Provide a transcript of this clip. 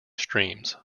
streams